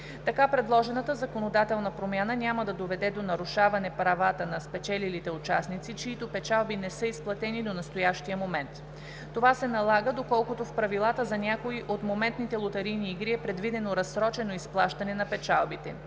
Така предложената законодателна промяна няма да доведе до нарушаване правата на спечелилите участници, чиито печалби не са изплатени до настоящия момент. Това се налага, доколкото в правилата за някои от моментните лотарийни игри е предвидено разсрочено изплащане на печалбите.